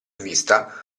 vista